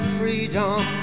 freedom